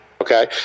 Okay